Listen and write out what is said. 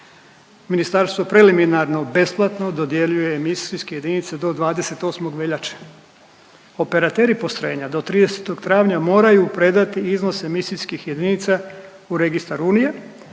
Ministarstvo preliminarno besplatno dodjeljuje emisijske jedinice do 28. veljače. Operateri postrojenja do 30. travnja moraju predati iznose emisijskih jedinica u registar Unije